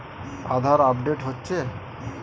আধার update হচ্ছে?